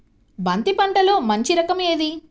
బంతి పంటలో మంచి రకం ఏది?